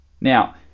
Now